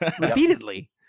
repeatedly